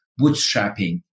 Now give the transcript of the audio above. bootstrapping